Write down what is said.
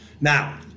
Now